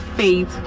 faith